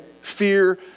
Fear